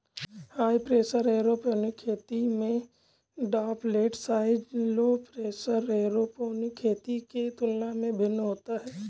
high pressure aeroponic खेती में droplet size low pressure aeroponic खेती के तुलना में भिन्न होता है